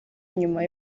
nyuma